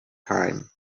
time